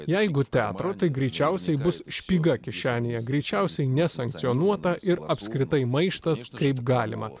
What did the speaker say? jeigu teatro tai greičiausiai bus špyga kišenėje greičiausiai nesankcionuota ir apskritai maištas kaip galima